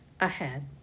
ahead